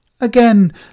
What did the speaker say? Again